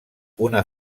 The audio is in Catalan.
una